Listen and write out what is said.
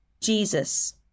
Jesus